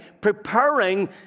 preparing